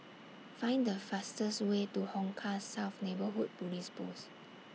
Find The fastest Way to Hong Kah South Neighbourhood Police Post